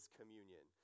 communion